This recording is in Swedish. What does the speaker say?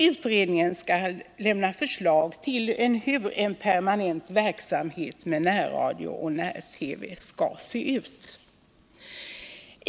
Utredningen skall lämna förslag på hur en permanent verksamhet med närradio och när TV skall se ut.